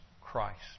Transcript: Christ